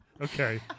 Okay